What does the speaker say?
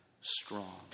strong